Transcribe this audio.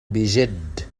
بجد